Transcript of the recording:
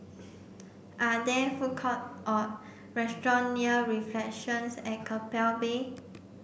are there food court or restaurant near Reflections at Keppel Bay